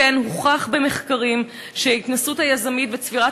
כמו כן הוכח במחקרים שההתנסות היזמית וצבירת